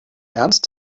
ernst